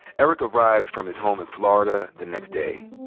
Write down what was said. eric arrived from his home in florida the next day.